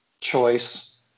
choice